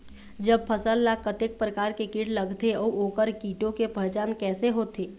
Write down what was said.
जब फसल ला कतेक प्रकार के कीट लगथे अऊ ओकर कीटों के पहचान कैसे होथे?